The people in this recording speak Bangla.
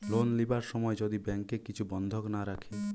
লোন লিবার সময় যদি ব্যাংকে কিছু বন্ধক না রাখে